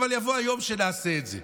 אבל יבוא היום שנעשה את זה.